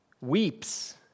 weeps